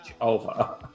over